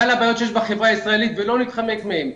עם כלל הבעיות שיש בחברה הישראלית ולא נתחמק מהן.